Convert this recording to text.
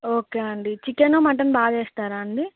okay అండి chicken mutton బాగా చేేస్తారా అండి